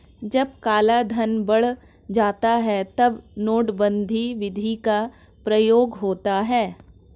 जब कालाधन बढ़ जाता है तब नोटबंदी विधि का प्रयोग होता है